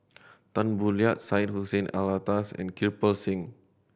Tan Boo Liat Syed Hussein Alatas and Kirpal Singh